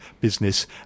business